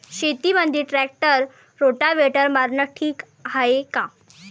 शेतामंदी tractor rotavator मारनं ठीक हाये का?